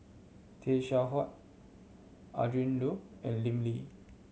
Tay Seow Huah Adrin Loi and Lim Lee